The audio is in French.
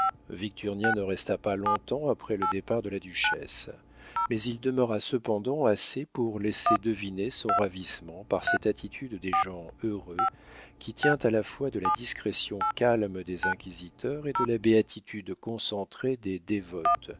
victurnien ne resta pas long-temps après le départ de la duchesse mais il demeura cependant assez pour laisser deviner son ravissement par cette attitude des gens heureux qui tient à la fois de la discrétion calme des inquisiteurs et de la béatitude concentrée des dévotes